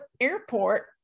airport